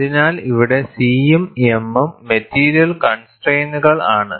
അതിനാൽ ഇവിടെ C യും m മും മെറ്റീരിയൽ കോൺസ്ട്രൈൻസുകൾ ആണ്